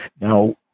Now